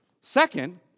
Second